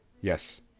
Yes